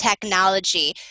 technology